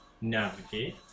navigate